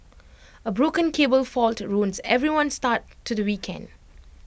A broken cable fault ruined everyone's start to the weekend